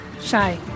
Shy